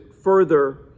further